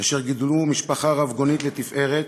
אשר גידלו משפחה רבגונית לתפארת,